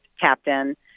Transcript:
captain